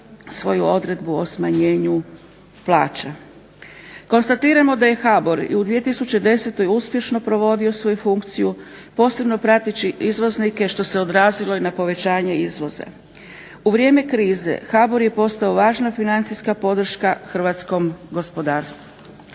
HBOR je postao važna financijska podrška hrvatskom gospodarstvu.